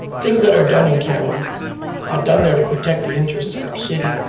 things that are done in camera are done there to protect the interest of our city,